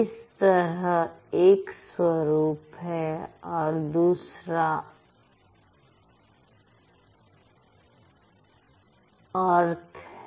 इस तरह एक स्वरूप है और दूसरा अर्थ है